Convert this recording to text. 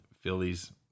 Phillies